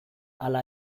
hala